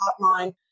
Hotline